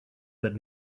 but